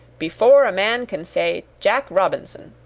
before a man can say jack robinson!